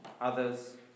others